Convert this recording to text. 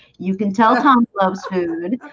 you can tell tom loves food